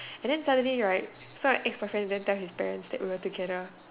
and then suddenly right so my ex boyfriend go and tell his parents that we were together